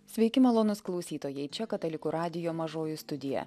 sveiki malonūs klausytojai čia katalikų radijo mažoji studija